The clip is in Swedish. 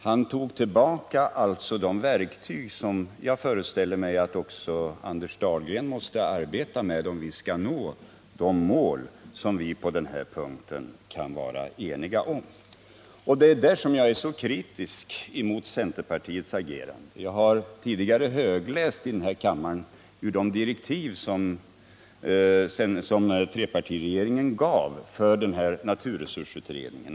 Han tog alltså tillbaka de verktyg som jag föreställer mig att också Anders Dahlgren måste arbeta med om vi skall nå de mål som vi på den här punkten kan vara eniga om. Det är där jag är så kritisk emot centerpartiets agerande. Jag har tidigare i den här kammaren högläst ur de direktiv som trepartiregeringen gav naturresursutredningen.